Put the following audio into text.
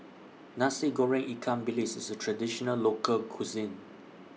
Nasi Goreng Ikan Bilis IS A Traditional Local Cuisine